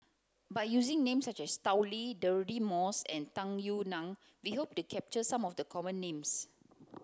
by using names such as Tao Li Deirdre Moss and Tung Yue Nang we hope to capture some of the common names